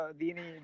dini